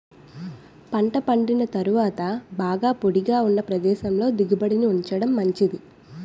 పంట పండిన తరువాత బాగా పొడిగా ఉన్న ప్రదేశంలో దిగుబడిని ఉంచడం మంచిది